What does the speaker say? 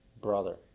brother